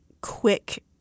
quick